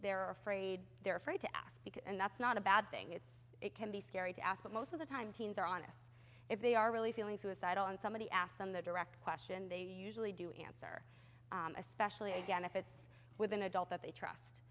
they're afraid they're afraid to ask because and that's not a bad thing it's it can be scary to ask but most of the time teens are honest if they are really feeling suicidal and somebody asked them the direct question they usually do answer especially again if it's with an adult that they trust